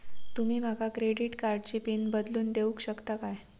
तुमी माका क्रेडिट कार्डची पिन बदलून देऊक शकता काय?